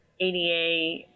ADA